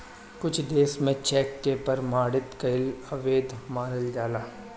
कुछ देस में चेक के प्रमाणित कईल अवैध मानल जाला